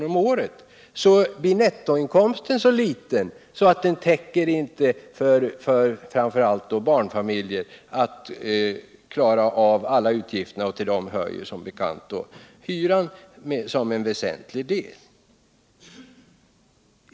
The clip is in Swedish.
om året — blir nettoinkomsten så liten att den, framför allt för barnfamiljer, inte räcker för att klara alla utgifter, och av dem utgör som bekant hyran en väsentlig del.